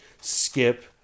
Skip